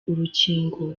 urukingo